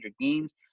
games